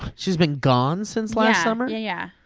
she's been gone since last summer? yeah,